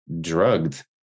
drugged